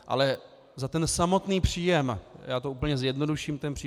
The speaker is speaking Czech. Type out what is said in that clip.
Ale za ten samotný příjem já to úplně zjednoduším, ten příběh.